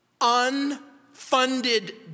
unfunded